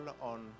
on